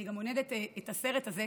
אני גם עונדת את הסרט הזה,